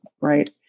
right